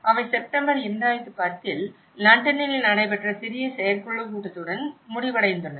அவை செப்டம்பர் 2010இல் லண்டனில் நடைபெற்ற சிறிய செயற்குழு கூட்டத்துடன் முடிவடைந்தன